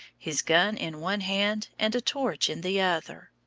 his gun in one hand, and a torch in the other.